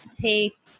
take